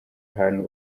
ahantu